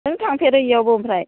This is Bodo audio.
नों थाफेरो बेयावबो आमफ्राय